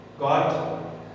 God